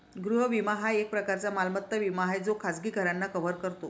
गृह विमा हा एक प्रकारचा मालमत्ता विमा आहे जो खाजगी घरांना कव्हर करतो